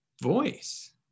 voice